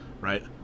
right